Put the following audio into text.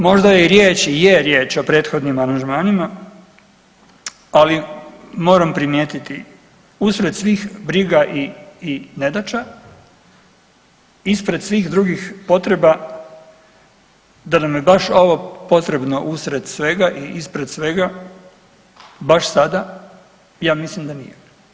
Možda je riječ i je riječ o prethodnim aranžmanima, ali moram primijetiti usred svih briga i nedaća ispred svih drugih potreba da nam je baš ovo potrebno usred svega i ispred svega baš sada, ja mislim da nije.